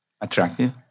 Attractive